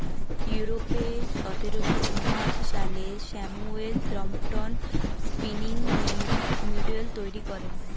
ইউরোপে সতেরোশো ঊনআশি সালে স্যামুয়েল ক্রম্পটন স্পিনিং মিউল তৈরি করেন